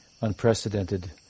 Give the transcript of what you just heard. unprecedented